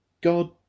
God